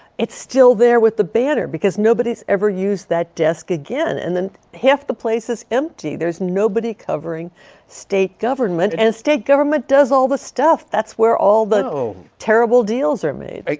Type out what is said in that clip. it's still there with the banner because nobody's ever used that desk again and then half the place is empty. there's nobody covering state government and state government does all this stuff. that's where all the terrible deals are made. like